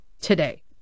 today